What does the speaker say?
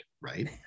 right